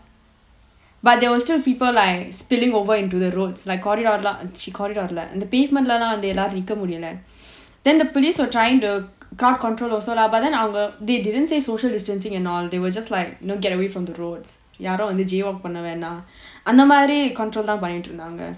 but there were still people like spilling over into the roads like corridors எல்லாரும் வந்து நிக்க முடில:ellaarum vanthu nikka mudila then the police were trying to crowd control also lah but then they didn't say social distancing and all they were just like no get away from the roads யாரும் வந்து:yaarum vanthu அந்த மாதிரி:antha maathiri control தான் பண்ணிட்டு இருந்தாங்க:thaan pannittu irunthaanga